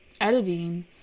editing